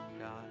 God